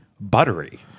buttery